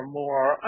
more